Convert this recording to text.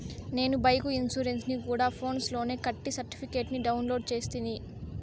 నేను బైకు ఇన్సూరెన్సుని గూడా ఫోన్స్ లోనే కట్టి సర్టిఫికేట్ ని డౌన్లోడు చేస్తిని